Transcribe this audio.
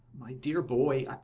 my dear boy,